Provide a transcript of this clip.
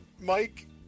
Mike